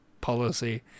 policy